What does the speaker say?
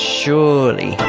surely